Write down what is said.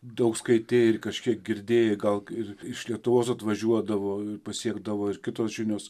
daug skaitei ir kažkiek girdėjai gal ir iš lietuvos atvažiuodavo pasiekdavo ir kitos žinios